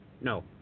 no